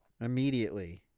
immediately